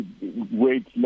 wait